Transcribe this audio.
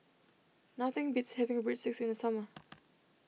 nothing beats having Breadsticks in the summer